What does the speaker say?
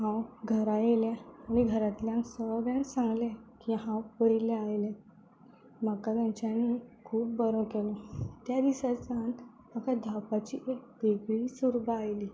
हांवें घरा आयलें आनी मागीर घरांतल्यान सगळ्यांक सांगलें की हांव पयलें आयलें म्हाका तांच्यांनी खूब बरो केलो त्या दिसाच्यान म्हाका धांवपाची एक वेगळीच उर्बा आयली